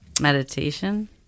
Meditation